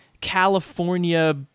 California